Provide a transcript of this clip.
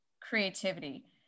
creativity